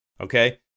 Okay